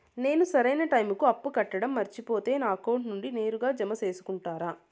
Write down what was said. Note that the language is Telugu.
నేను సరైన టైముకి అప్పు కట్టడం మర్చిపోతే నా అకౌంట్ నుండి నేరుగా జామ సేసుకుంటారా?